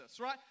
right